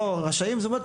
מן הסתם.